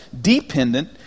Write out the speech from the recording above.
dependent